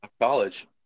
college